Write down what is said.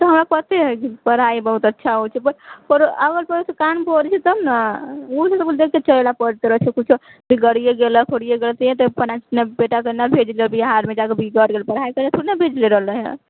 ओतऽ हमरा पते हय पढ़ाइ बहुत अच्छा होइत छै पर तब ने किछु गरिये गेलऽ फोड़िए गेलक नहि बेटाके नहि भेजलियै बिहारमे जाकऽ पढ़ाइ करै लऽ थोड़े ने बिगड़ल रहल रहे